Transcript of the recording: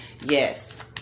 Yes